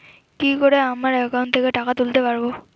কি করে আমার একাউন্ট থেকে টাকা তুলতে পারব?